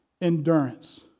endurance